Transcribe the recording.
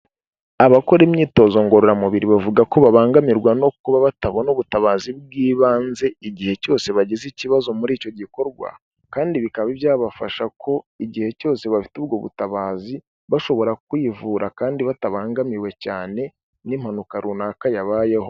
Abakora imyitozo ngororamubiri bavuga ko babangamirwa no kuba batabona ubutabazi bw'ibanze igihe cyose bagize ikibazo muri icyo gikorwa, kandi bikaba byabafasha ko igihe cyose bafite ubwo butabazi, bashobora kwivura kandi batabangamiwe cyane n'impanuka runaka yabayeho.